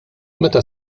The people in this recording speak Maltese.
meta